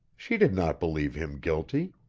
she did not believe him guilty.